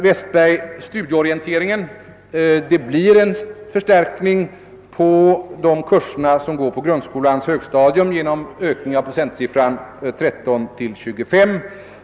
Vad studieorienteringen beträffar blir det, herr Westberg, en förstärkning på de kurser som går på grundskolans högstadium genom ökning av procentsiffran från 13 till 25.